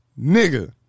nigga